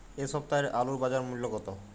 এ সপ্তাহের আলুর বাজার মূল্য কত?